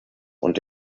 und